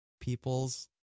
people's